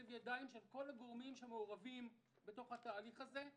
הגורמים שמעורבים בתהליך הזה ישלבו ידיים.